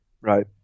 Right